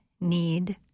need